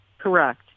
Correct